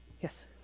Yes